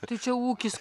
tai čia ūkis